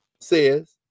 says